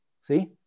see